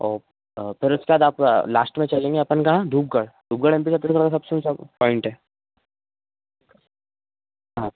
और फिर उसके बाद आप लास्ट में चलेंगे अपन कहाँ धूपगढ़ धूपगढ़ एम पी छत्तीसगढ़ सबसे ऊँचा पॉइन्ट है हाँ